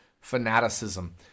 fanaticism